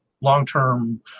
long-term